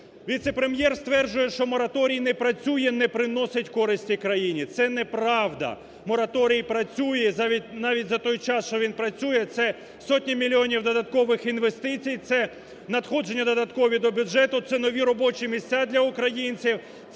віце-прем'єр стверджує, що мораторій не працює, не приносить користі крані. Це неправда, мораторій працює. Навіть за той час, що він працює, це сотні мільйонів додаткових інвестицій, це надходження додаткові до бюджету, це нові робочі місця для українців,